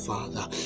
Father